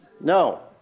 No